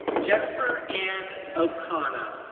jennifer ann ocana,